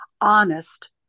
honest